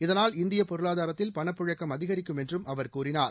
இதனால் இந்திய பொருளாதாரத்தில் பணப்பழக்கம் அதிகரிக்கும் என்றும் அவர் கூறினார்